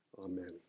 amen